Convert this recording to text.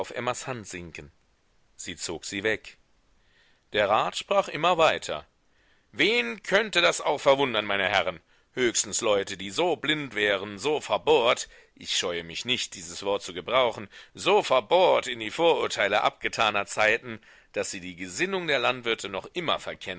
emmas hand sinken sie zog sie weg der rat sprach immer weiter wen könnte das auch verwundern meine herren höchstens leute die so blind wären so verbohrt ich scheue mich nicht dieses wort zu gebrauchen so verbohrt in die vorurteile abgetaner zeiten daß sie die gesinnung der landwirte noch immer